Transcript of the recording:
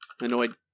Annoyed